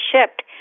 shipped